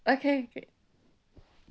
okay K